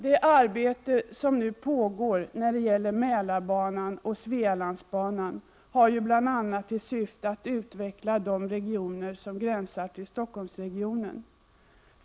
Det arbete som nu pågår när det gäller Mälarbanan och Svealandsbanan har ju bl.a. till syfte att utveckla de regioner som gränsar till Stockholmsregionen.